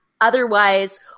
otherwise